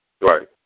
Right